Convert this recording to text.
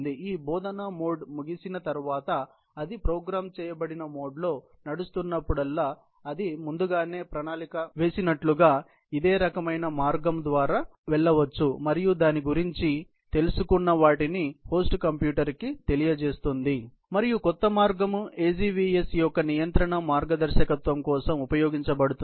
ఈ బోధనా మోడ్ ముగిసిన తర్వాత అది ప్రోగ్రామ్ చేయబడిన మోడ్లో నడుస్తున్నప్పుడల్లా ఇది ముందుగానే ప్రణాళిక వేసినట్లుగానే ఇదే రకమైన మార్గం ద్వారా వెళ్ళవచ్చు మరియు దాని గురించి తెలుసుకున్న వాటిని హోస్ట్ కంప్యూటర్కు తెలియజేస్తుంది మరియు కొత్త మార్గం AGVS యొక్క నియంత్రణ మార్గదర్శకత్వం కోసం ఉపయోగించబడుతుంది